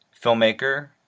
filmmaker